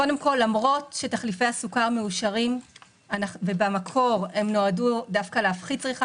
למרות שתחליפי הסוכר מאושרים ובמקור הם נועדו להפחית צריכה